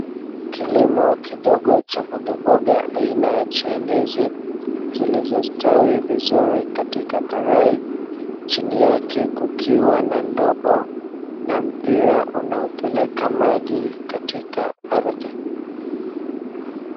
Kilimo kidogo cha mbogamboga aina ya chainizi, zilizostawi vizuri katika karai, chini yake kukiwa na ndoo na mpira unaopeleka maji katika ardhi.